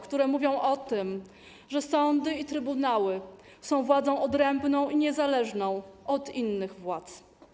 które mówią o tym, że sądy i trybunały są władzą odrębną i niezależną od innych władz.